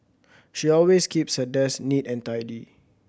she always keeps her desk neat and tidy